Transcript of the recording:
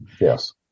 Yes